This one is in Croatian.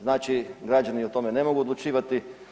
Znači, građani o tome ne mogu odlučivati.